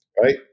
Right